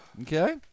Okay